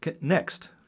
Next